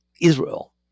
Israel